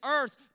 earth